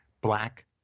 black